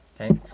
Okay